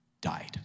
died